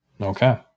Okay